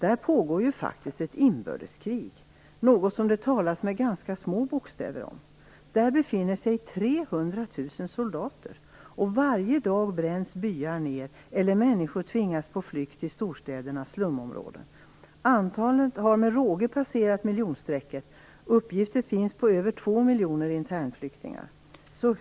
Där pågår ju faktiskt ett inbördeskrig - något som det talas med ganska små bokstäver om. Där befinner sig 300 000 soldater, och varje dag bränns byar ned, och människor tvingas på flykt till storstädernas slumområden. Antalet har med råge passerat miljonstrecket, och uppgifter på över två miljoner internflyktingar finns.